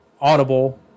Audible